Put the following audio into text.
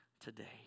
today